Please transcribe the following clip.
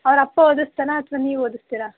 ಅವರ ಅಪ್ಪ ಓದಿಸ್ತಾನಾ ಅಥವಾ ನೀವು ಓದಿಸ್ತೀರಾ